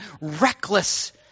reckless